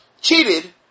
cheated